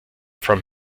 from